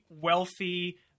wealthy